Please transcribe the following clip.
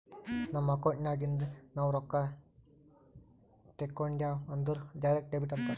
ನಮ್ ಅಕೌಂಟ್ ನಾಗಿಂದ್ ನಾವು ರೊಕ್ಕಾ ತೇಕೊಂಡ್ಯಾವ್ ಅಂದುರ್ ಡೈರೆಕ್ಟ್ ಡೆಬಿಟ್ ಅಂತಾರ್